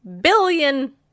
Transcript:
billion